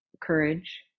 Courage